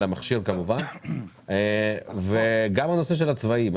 גם הנושא של הצבעים,